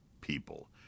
people